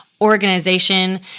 organization